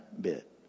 bit